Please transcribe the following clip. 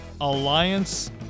alliance